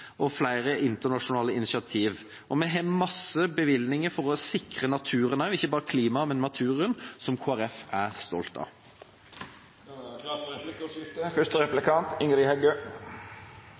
og flere internasjonale initiativ. Vi har mange bevilgninger for å sikre naturen – ikke bare klimaet, men også naturen – som Kristelig Folkeparti er stolt av. Det vert replikkordskifte.